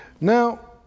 Now